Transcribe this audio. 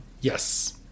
Yes